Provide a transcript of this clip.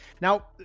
Now